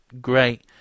great